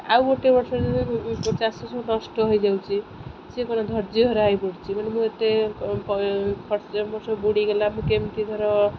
ଆଉ ଗୋଟିଏ ବର୍ଷ ଯଦି ଚାଷ ସବୁ ନଷ୍ଟ ହେଇଯାଉଚି ସେ କ'ଣ ଧୈର୍ଯ୍ୟହରା ହେଇପଡ଼ୁଛି ମାନେ ମୁଁ ଏତେ ଖର୍ଚ୍ଚ ବର୍ଷ ବୁଡ଼ିଗଲା ମୁଁ କେମିତି ଧର